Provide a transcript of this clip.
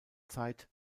zeit